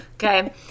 Okay